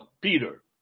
Peter